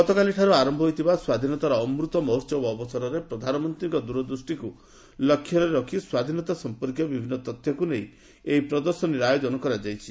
ଗତକାଲିଠାରୁ ଆରମ୍ଭ ହୋଇଥିବା ସ୍ୱାଧୀନତାର ଅମୃତ ମହୋତ୍ସବ ଅବସରରେ ପ୍ରଧାନମନ୍ତ୍ରୀଙ୍କ ଦୂରଦୃଷ୍ଟିକୁ ଲକ୍ଷ୍ୟରେ ରଖି ସ୍ୱାଧୀନତା ସଂପକ୍ରିୟ ବିଭିନ୍ନ ତଥ୍ୟକୁ ନେଇ ଏହି ପ୍ରଦର୍ଶନୀର ଆୟୋଚ୍ଚନ କରାଯାଇଛି